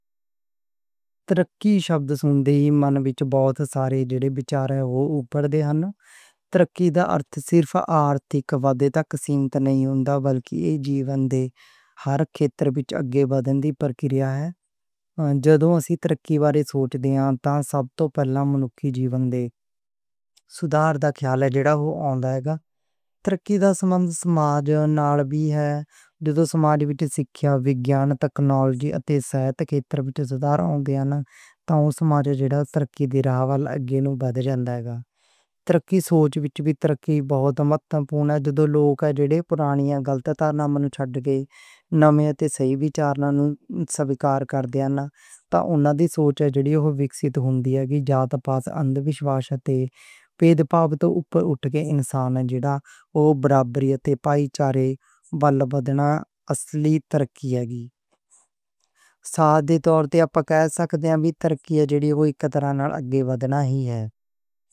ترقی شبد سُنّدے ہی من وچ بہُت سارے وچار اپر دے نیں۔ ترقی دا آرتھ صرف آرتھک وَدّھے تک سِمِت نیں، بلکہ اے جیون دے ہر کھیتّر وچ اگے بڑھن دی پرکریا ہے۔ جدوں اسی ترقیوادے سوچ دے توں سب توں پہلا منکھ جیون دے سدھار دا خیال آؤندا ہے۔ ترقی دا سنبندھ سماج نال وی ہے۔ جدوں سماج وچ سکھیا، وِگیان، ٹیکنالوجی اتے صحت کھیتّر وچ سدھار آؤندے نیں، تاں اوہ سماج جڑا ترقی دیاں راہواں اُتے اگے نوں بڑھ جاندا ہے۔ سوچ وچ وی ترقی بہُت مہتوپورن ہے۔ جدوں لوک پُراݨیاں غلط طرحاں نوں منوں چھڈ کے، نَمیں تے صحیح وِچاراں نوں سِوِکار کر دے نیں، تاں اوہناں دی سوچ وِکسِت ہُندی ہے کہ جات پات، اندھ وِشواس تے بھید بھاو توں اوپر اٹھ کے انسان برابری اتے بھائی چارے ول بڑھنا اصلی ترقی ہے۔ ساڈے طور تے اپاں کہہ سکدے ہاں کہ جیہڑی ہوئی ترقی نال اگے بڑھنا وی ہے۔